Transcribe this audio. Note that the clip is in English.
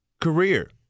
career